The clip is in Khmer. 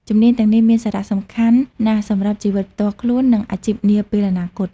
ជំនាញទាំងនេះមានសារៈសំខាន់ណាស់សម្រាប់ជីវិតផ្ទាល់ខ្លួន និងអាជីពនាពេលអនាគត។